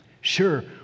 Sure